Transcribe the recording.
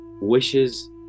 wishes